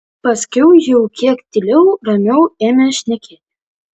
paskiau jau kiek tyliau ramiau ėmė šnekėti